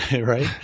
right